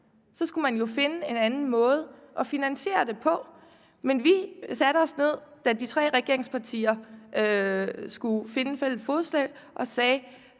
Så skulle man finde en anden måde at finansiere det på. Da vi i de tre regeringspartier skulle finde fælles fodslag, satte